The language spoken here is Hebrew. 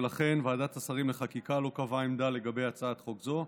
ולכן ועדת השרים לחקיקה לא קבעה עמדה לגבי הצעת חוק זו,